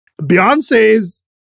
Beyonce's